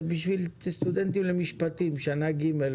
זה טוב לסטודנטים למשפטים שלומדים שנה שלישית.